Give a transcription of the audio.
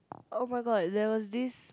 [oh]-my-god there was this